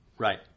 Right